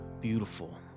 beautiful